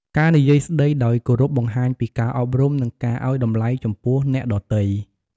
ការនិយាយស្តីដោយគោរពបង្ហាញពីការអប់រំ និងការឱ្យតម្លៃចំពោះអ្នកដទៃ។